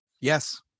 Yes